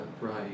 right